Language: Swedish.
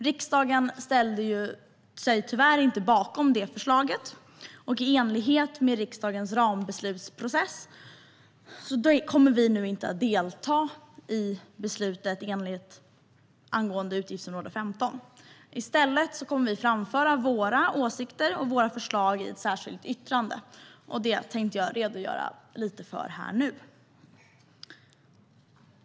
Riksdagen ställde sig tyvärr inte bakom det förslaget, och i enlighet med riksdagens rambeslutsprocess kommer vi nu inte att delta i beslutet om utgiftsområde 15. I stället kommer vi att framföra våra åsikter och våra förslag i ett särskilt yttrande. Det tänkte jag redogöra lite grann för nu.